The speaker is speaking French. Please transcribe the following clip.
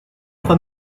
train